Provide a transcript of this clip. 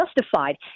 justified